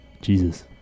Jesus